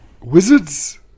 wizards